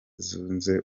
zunze